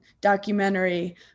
documentary